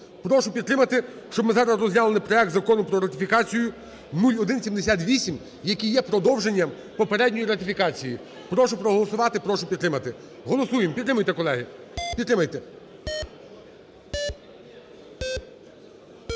Прошу підтримати, щоб ми зараз розглянули проект Закону про ратифікацію (0178), який є продовженням попередньої ратифікації. Прошу проголосувати, прошу підтримати. Голосуємо, підтримуйте, колеги, підтримайте.